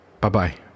Bye-bye